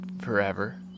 forever